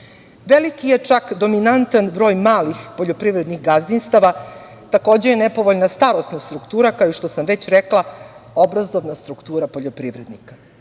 Veliki je, čak dominantan broj malih poljoprivrednih gazdinstava, i takođe je nepovoljna starosna struktura kao što sam već rekla, obrazovna struktura poljoprivrednika. To